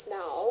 now